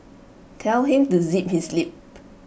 tell him to zip his lip